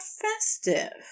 festive